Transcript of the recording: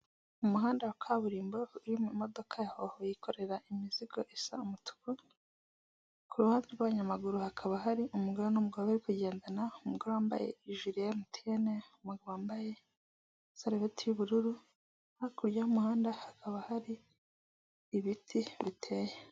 Uku ni uko bishyura amafaranga bakoresheje ikoranabuhanga bisa nk'aho ari mu gihugu cy'Ubwongereza, umuntu yari yohereje amafaranga igihumbi berekana n'undi ayo aribuze kwakira, kandi biba byerekana nimba ukoresheje ikarita za banki cyangwa izindi zose waba ukoresheje birabyerekana.